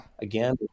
again